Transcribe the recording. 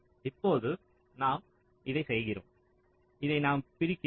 இப்போது நாம் இதைச் செய்கிறோம் இதை நாம் பிரிக்கிறோம்